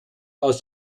aus